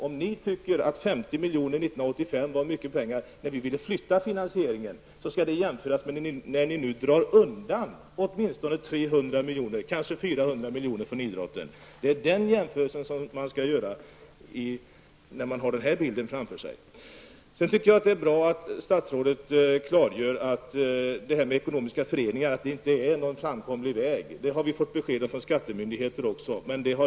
Om ni tycker att 50 miljoner år 1985 var mycket pengar när vi ville flytta finansieringen, skall ni jämföra det med att ni nu drar undan åtminstone 300 miljoner och kanske 400 miljoner från idrotten. Det är den jämförelsen man måste göra när man har den här bilden framför sig. Sedan tycker jag att det är bra att statsrådet klargör att bildande av ekonomiska föreningar inte är någon framkomlig väg. Det beskedet har vi fått även av skattemyndigheter.